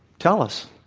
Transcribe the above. tell us,